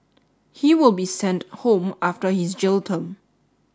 he will be sent home after his jail term